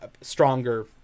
stronger